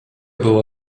było